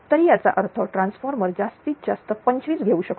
तरी याचा अर्थ ट्रान्सफॉर्मर जास्तीत जास्त25 घेऊ शकतो